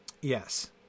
Yes